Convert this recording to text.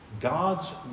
God's